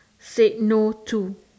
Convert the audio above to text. said no to